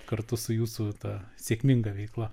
kartu su jūsų ta sėkminga veikla